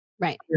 Right